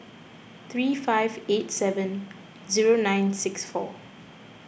three five eight seven zero nine six four